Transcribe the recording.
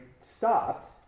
stopped